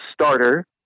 starter